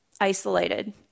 isolated